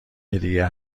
هدیه